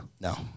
No